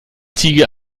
ziege